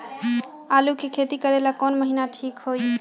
आलू के खेती करेला कौन महीना ठीक होई?